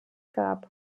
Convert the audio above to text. gab